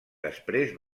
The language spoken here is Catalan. després